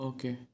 Okay